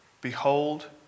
behold